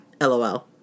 LOL